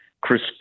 Chris